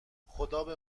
خدابه